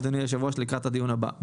אדוני היושב ראש לקראתה דיון הבא.